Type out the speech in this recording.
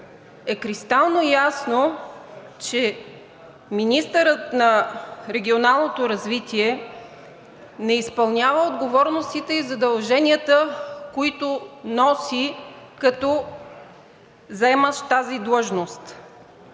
е кристално ясно, че министърът на регионалното развитие не изпълнява отговорностите и задълженията, които носи като заемащ тази длъжност.